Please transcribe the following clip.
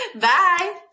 Bye